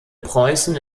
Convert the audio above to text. preußen